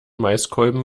maiskolben